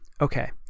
Okay